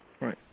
Right